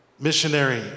missionary